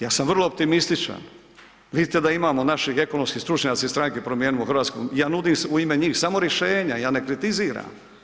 Ja sam vrlo optimističan, vidite da imamo naših ekonomski stručnjaci iz stranke Promijenimo Hrvatsku, ja nudim u ime njih samo rješenja, ja ne kritiziram.